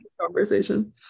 conversation